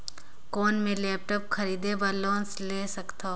कौन मैं लेपटॉप खरीदे बर लोन ले सकथव?